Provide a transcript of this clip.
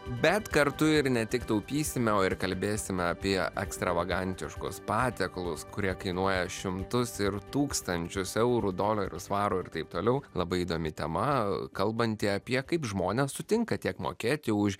bet kartu ir ne tik taupysime o ir kalbėsime apie ekstravagantiškus patiekalus kurie kainuoja šimtus ir tūkstančius eurų dolerio svarų ir taip toliau labai įdomi tema kalbanti apie kaip žmonės sutinka tiek mokėti už